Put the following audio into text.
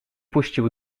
puścił